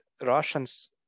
russians